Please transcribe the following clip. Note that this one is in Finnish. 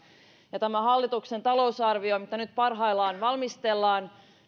tässä hallituksen talousarviossa mitä nyt parhaillaan valmistellaan